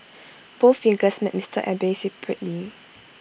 both figures met Mister Abe separately